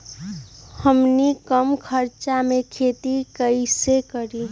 हमनी कम खर्च मे खेती कई से करी?